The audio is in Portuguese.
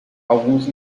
alguns